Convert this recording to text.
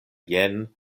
jen